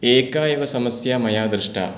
एका एव समस्या मया दृष्टा